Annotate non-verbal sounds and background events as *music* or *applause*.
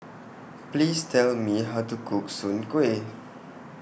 Please Tell Me How to Cook Soon Kuih *noise*